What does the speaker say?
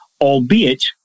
albeit